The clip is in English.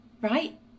right